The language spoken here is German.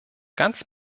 ganz